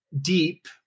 deep